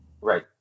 Right